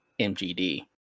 MGD